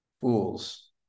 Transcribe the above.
Fools